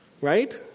Right